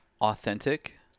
Authentic